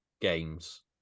games